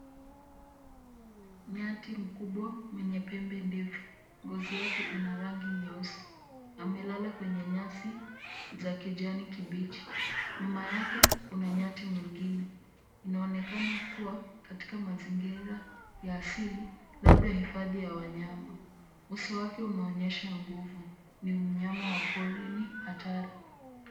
Nyati mkubwa, mwenye pembe ndefu. Ngozi yake ina rangi nyeusi. Amelala kwenye nyasi, za kijani kibichi. Nyuma yake, kuna nyati mwingine. Inaonekana kuwa katika mazingira ya asili, labda hifadhi ya wanyama. Uso wake unaonyesha nguvu. Ni mnyama wa porini, hatari.